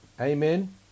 Amen